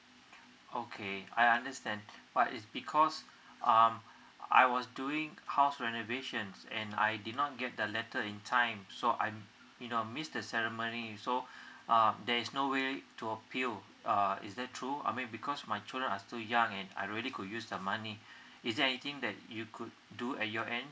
okay I understand but it's because um I was doing house renovation and I did not get the letter in time so I'm you know missed the ceremony so um there's no way to appeal uh is that true I mean because my children are still young and I really could use the money is there anything that you could do at your end